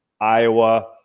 Iowa